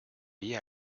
liée